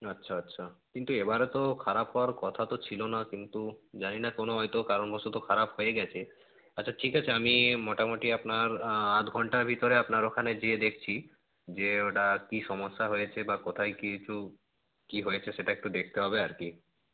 আচ্ছা আচ্ছা কিন্তু এবারে তো খারাপ হওয়ার কথা তো ছিল না কিন্তু জানি না কোনো হয়তো কারণবশত খারাপ হয়ে গেছে আচ্ছা ঠিক আছে আমি মোটামুটি আপনার আধঘণ্টার ভিতরে আপনার ওখানে গিয়ে দেখছি যে ওটা কী সমস্যা হয়েছে বা কোথায় কিছু কী হয়েছে সেটা একটু দেখতে হবে আর কি